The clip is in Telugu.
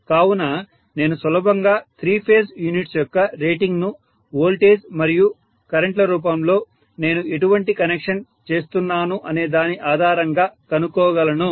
కావున నేను సులభంగా త్రీ ఫేజ్ యూనిట్స్ యొక్క రేటింగ్ ను వోల్టేజ్ మరియు కరెంట్ ల రూపంలో నేను ఎటువంటి కనెక్షన్ చేస్తున్నాను అనే దాని ఆధారంగా కనుక్కో గలను